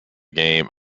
game